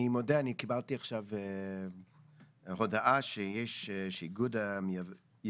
אני מודה שאני קיבלתי עכשיו הודעה שאיגוד יבואני